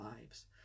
lives